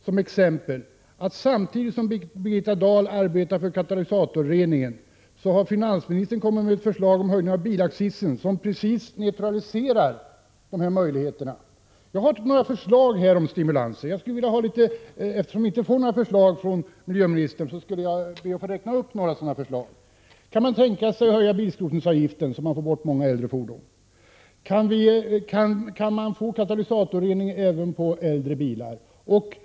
Samtidigt som Birgitta Dahl arbetar för katalysatorreningen har finansministern kommit med ett förslag om höjning av bilaccisen, som precis neutraliserar dessa möjligheter. Jag har några förslag till stimulanser. Eftersom vi inte får några förslag från miljöoch energiministern skulle jag vilja räkna upp några av mina förslag. Kan regeringen tänka sig att höja bilskrotningsavgiften, så att man får bort många äldre fordon? Kan man få katalysatorrening även på äldre bilar?